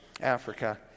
Africa